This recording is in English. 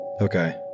Okay